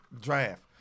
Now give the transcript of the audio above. draft